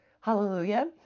Hallelujah